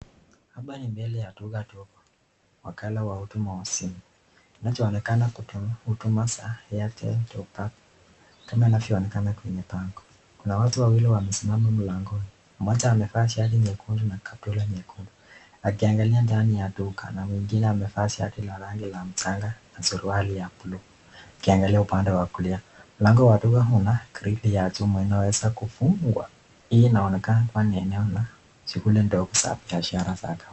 Hapa ni mbele ya duka ndogo, wakala wa huduma wa simu. Kinachoonekana huduma za airtel top up kama inavyoonekana kwenye bango. Kuna watu wawili wamesimama mlangoni. Mmoja avevaa shati nyekundu na kaptura nyekundu akiangalia ndani ya duka na mwingine amevaa shati la rangi ya mchanga na shati ya buluu akiangalia upande wa kulia. Mlango wa duka una grill ya chuma, unaweza kufungwa. Hii inaonekana kua ni eneo la shughuli ndogo za biashara.